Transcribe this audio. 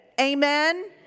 Amen